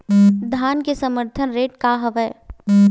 धान के समर्थन रेट का हवाय?